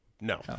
no